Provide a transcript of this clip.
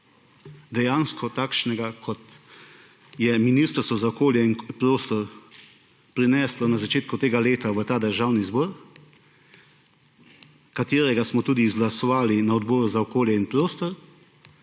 dejansko takšnega, kot je Ministrstvo za okolje in prostor prineslo na začetku tega leta v Državni zbor, katerega smo tudi izglasovali na Odboru za okolje in prostor